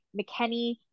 mckenny